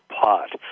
pot